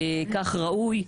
כך ראוי.